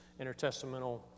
intertestamental